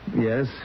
Yes